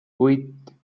huit